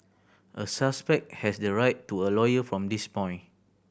a suspect has the right to a lawyer from this point